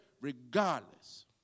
regardless